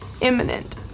imminent